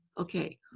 Okay